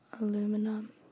aluminum